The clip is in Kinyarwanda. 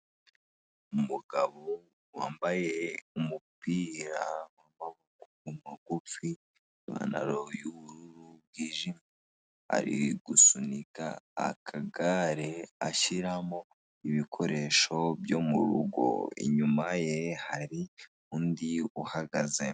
Umugabo wambaye umupira w'amaboko magufi, ipantaro y'ubururu bwijimye, ari gusunika akagare, ashyiramo ibikoresho byo mu rugo, inyuma ye hari undi uhagaze.